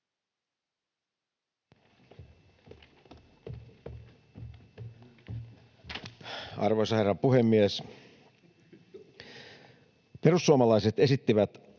Arvoisa herra puhemies! Perussuomalaiset esittivät